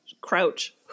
crouch